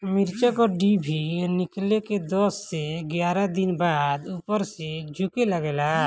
मिरचा क डिभी निकलले के दस से एग्यारह दिन बाद उपर से झुके लागेला?